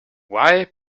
why